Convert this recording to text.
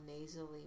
nasally